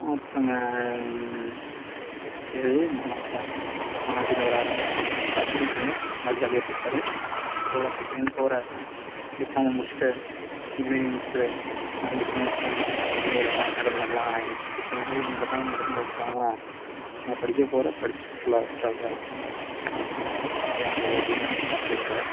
ஒருத்தவங்கள் பேயரு மனோஜா மனோஜ்ன்ற ஒரு அண்ணன் சாரி இன்ஜினியர் நல்லா ஜாலியாக பேசுவாரு படிக்கிறன்னு போகிற டிப்ளமோ முடிச்சுட்டு இன்ஜினியரிங் முடிச்சுரு நான் டிப்ளோ முடிச்சுட்டு வந்தேன் ஒரு பையன் இன்ஜினியரு வந்தான் என்னைய விட இப்போ சம்பளம் வாங்கிறான் எனக்குப் பின்னாடி இருந்த பையன் என்ன விட சம்பளம் கூட வாங்கிறான் அதனால் படிக்கப் போகிற படிச்சுட்டு ஃபுல்லா விட்றாத அப்படின்னு இது மாரி சொன்னாங்க இன்றைக்கி அவங்களோட வெட்டிங் அனிவர்சரி வேறு